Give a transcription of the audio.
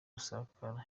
gusakara